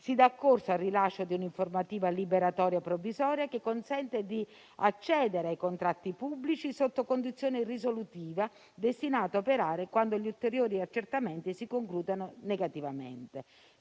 si dà corso al rilascio dell'informativa liberatoria provvisoria, che consente di accedere ai contratti pubblici sotto condizione risolutiva, destinata a operare quando gli ulteriori accertamenti si concludano negativamente.